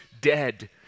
dead